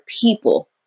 people